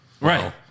Right